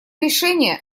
решение